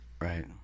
right